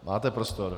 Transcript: Máte prostor.